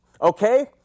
okay